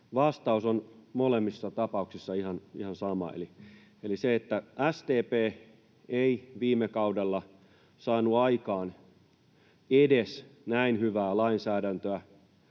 vastaus on molemmissa tapauksissa ihan sama eli se, että SDP ei viime kaudella saanut aikaan edes näin hyvää lainsäädäntöä,